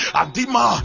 adima